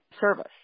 service